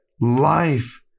life